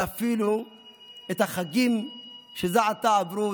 ואפילו את החגים שזה עתה עברו,